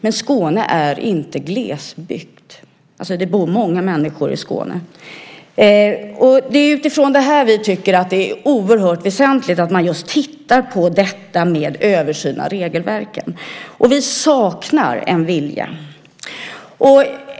Men Skåne är inte glesbebyggt. Det bor många människor i Skåne. Det är utifrån detta som vi tycker att det är oerhört väsentligt att man gör en översyn av regelverken. Vi saknar en vilja.